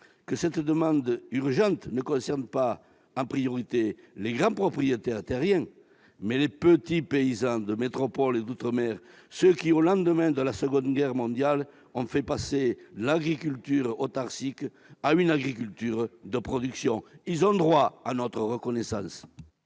cette demande urgente concerne en priorité non pas les grands propriétaires terriens, mais les petits paysans de métropole et d'outre-mer, ceux qui, au lendemain de la Seconde Guerre mondiale, ont fait passer l'agriculture autarcique à une agriculture de production. Ils ont droit à notre reconnaissance